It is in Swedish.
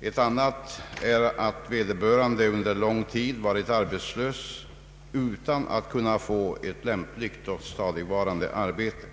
En andra förutsättning skulle vara att vederbörande under lång tid varit arbetslös utan att kunna få ett lämpligt och stadigvarande arbete.